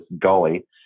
gully